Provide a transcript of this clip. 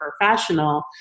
professional